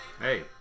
Hey